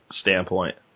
standpoint